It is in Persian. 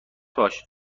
باش